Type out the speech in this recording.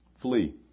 Flee